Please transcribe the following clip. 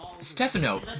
Stefano